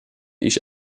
ich